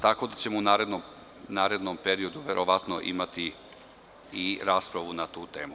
Tako da ćemo u narednom periodu verovatno imati i raspravu na tu temu.